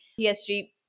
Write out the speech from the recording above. PSG